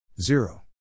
zero